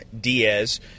Diaz